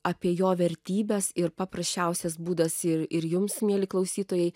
apie jo vertybes ir paprasčiausias būdas ir ir jums mieli klausytojai